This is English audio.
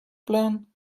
plan